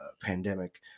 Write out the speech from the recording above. pandemic